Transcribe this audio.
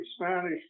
Spanish